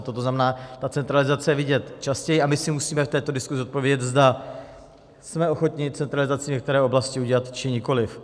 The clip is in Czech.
To znamená, že ta centralizace je vidět častěji a my si musíme v této diskusi odpovědět, zda jsme ochotni centralizaci některé oblasti udělat, či nikoliv.